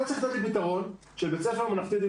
אתה צריך לתת לי פתרון של בית ספר ממלכתי-דתי.